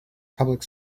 public